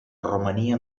romania